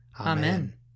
Amen